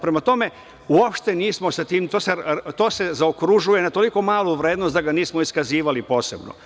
Prema tome uopšte nismo sa tim, to se zaokružuje na toliko malu vrednost da ga nismo iskazivali posebno.